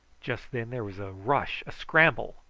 just then there was a rush, a scramble,